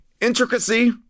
intricacy